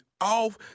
Off